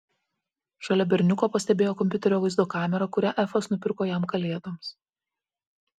šalia berniuko pastebėjo kompiuterio vaizdo kamerą kurią efas nupirko jam kalėdoms